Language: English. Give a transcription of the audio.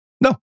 No